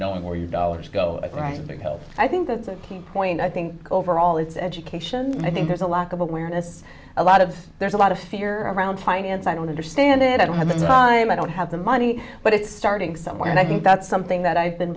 knowing where you dollars go right to health i think that's a key point i think overall it's education i think there's a lack of awareness a lot of there's a lot of fear around finance i don't understand it i don't have the time i don't have the money but it's starting somewhere and i think that's something that i've been